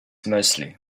mostly